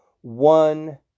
one